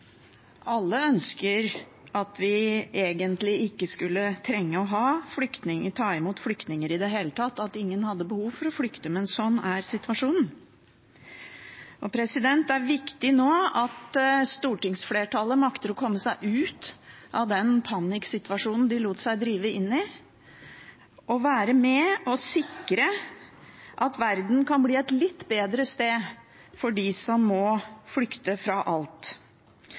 at vi egentlig ikke skulle trenge å ta imot flyktninger i det hele tatt ? at ingen hadde behov for å flykte ? men slik er situasjonen. Det er viktig nå at stortingsflertallet makter å komme seg ut av panikksituasjonen de lot seg drive inn i, og være med på å sikre at verden kan bli et litt bedre sted for dem som må flykte fra alt.